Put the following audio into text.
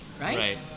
Right